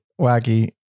wacky